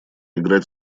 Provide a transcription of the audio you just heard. играть